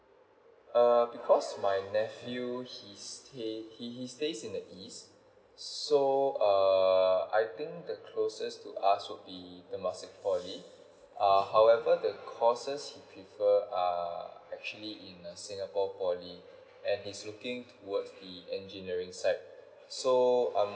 err because my nephew he stay he he stays in the east so err I think the closest to us would be temasek poly err however the courses he prefer are actually in a singapore poly and he's looking towards the engineering side so